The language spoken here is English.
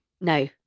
No